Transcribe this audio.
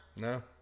No